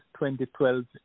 2012